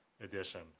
edition